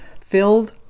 filled